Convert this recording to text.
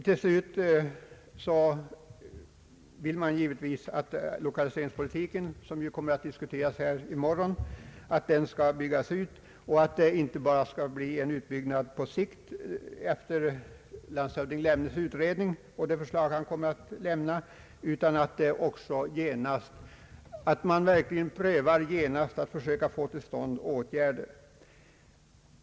Man vill givetvis att lokaliseringspolitiken, som kommer att diskuteras här i morgon, skall byggas ut och att det inte bara skall bli en utbyggnad på sikt efter landshövding Lemnes utredning och det förslag han kommer att avlämna utan att man verkligen genast prövar att få till stånd åtgärder.